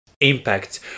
Impact